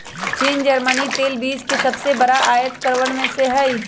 चीन जर्मनी तेल बीज के सबसे बड़ा आयतकरवन में से हई